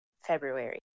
February